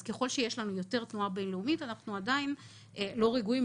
ככל שיש לנו יותר תנועה בין-לאומית אנחנו עדיין לא רגועים,